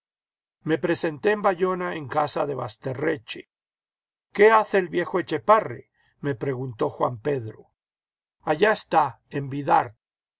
me presenté en bayona en casa de basterreche qué hace el viejo etchepare me preguntó juan pedro allá está en bidart